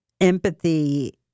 empathy